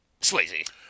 swayze